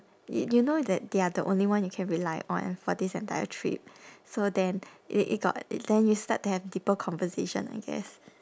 i~ you know that they are the only one you can rely on for this entire trip so then it it got it then you start to have deeper conversation I guess